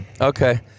Okay